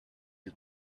you